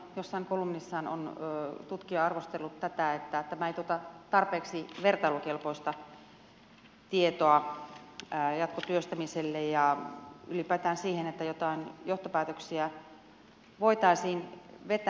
jossain kolumnissaan on vattin tutkija arvostellut tätä että tämä ei tuota tarpeeksi vertailukelpoista tietoa jatkotyöstämiselle ja ylipäätään sitä että jotain johtopäätöksiä voitaisiin vetää